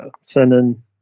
Sending